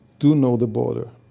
do know the border.